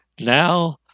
now